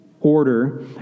order